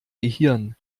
gehirn